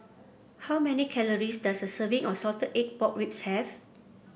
how many calories does a serving of Salted Egg Pork Ribs have